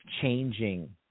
changing